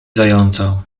zająca